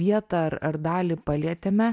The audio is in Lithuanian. vietą ar ar dalį palietėme